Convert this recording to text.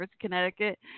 Connecticut